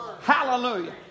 Hallelujah